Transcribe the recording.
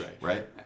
right